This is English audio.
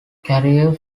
carrier